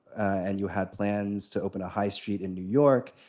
and you had plans to open a high street in new york.